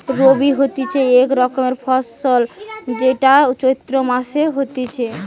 রবি হতিছে এক রকমের ফসল যেইটা চৈত্র মাসে হতিছে